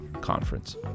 Conference